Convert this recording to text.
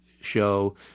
show